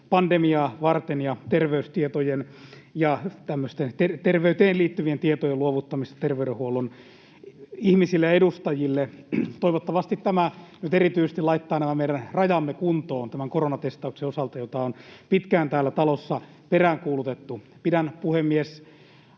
koronapandemiaa varten ja terveystietojen ja tämmöisten terveyteen liittyvien tietojen luovuttamista terveydenhuollon ihmisille ja edustajille. Toivottavasti tämä nyt erityisesti laittaa nämä meidän rajamme kuntoon tämän koronatestauksen osalta, mitä on pitkään täällä talossa peräänkuulutettu. Pidän, puhemies,